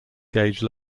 gauge